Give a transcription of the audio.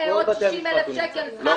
ועוד 60,000 שקל שכר טרחה ריטיינר חודשי.